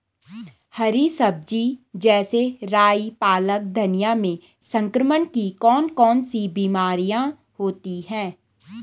हरी सब्जी जैसे राई पालक धनिया में संक्रमण की कौन कौन सी बीमारियां होती हैं?